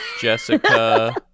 Jessica